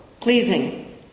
pleasing